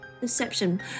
Deception